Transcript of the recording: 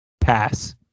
Pass